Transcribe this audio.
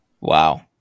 Wow